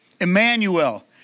Emmanuel